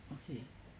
okay